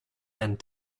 and